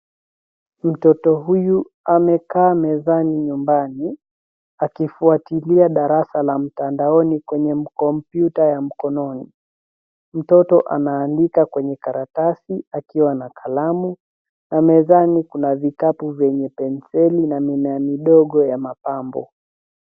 Mtoto huyu amekaa mezani nyumbani akifuatilia darasa la mtandaoni kwenye kompyuta ya mkononi. Mtoto anaandika kwenye karatasi akiwa na kalamu na mezani kuna vikapu vyenye penseli na mimea midogo ya mapambo.